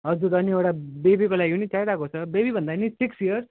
हजुर अनि एउटा बेबीको लागि पनि चाहिरहेको छ बेबी भन्दा पनि सिक्स इयर्स